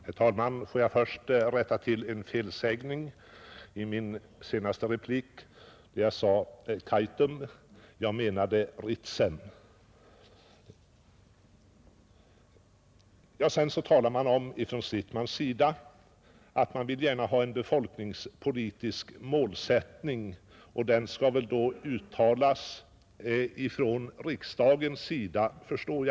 Herr talman! Får jag först rätta till en felsägning. I min senaste replik sade jag Kaitum men menade Ritsem. Herr Stridsman talar om önskemålet av en befolkningspolitisk målsättning. Det önskemålet skall uttalas av riksdagen såvitt jag förstår.